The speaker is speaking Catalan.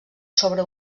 sobre